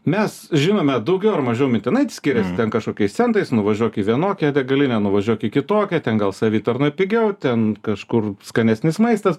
mes žinome daugiau ar mažiau mintinai skiriasi ten kažkokiais centais nuvažiuok į vienokią degalinę nuvažiuok į kitokią ten gal savitarnoj pigiau ten kažkur skanesnis maistas